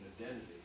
identity